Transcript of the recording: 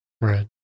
Right